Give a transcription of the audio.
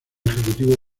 ejecutivo